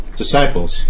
disciples